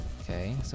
Okay